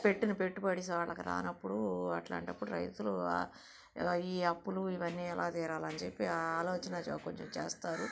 పెట్టిన పెట్టుబడి సో వాళ్ళకి రానప్పుడు అట్లాంటప్పుడు రైతులు ఈ అప్పులు ఇవన్నీ ఎలా తీరాలని చెప్పి ఆ ఆలోచన కొంచెం చేస్తారు